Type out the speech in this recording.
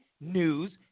News